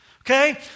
okay